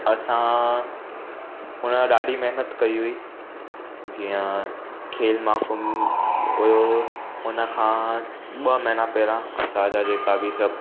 असां हुन ॾाढी महिनत कई हुई जीअं खेल महाकुंभ हुओ हुन खां ॿ महीना पहिरां असांजा जेका बि सभु